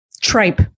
Tripe